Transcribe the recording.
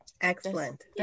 Excellent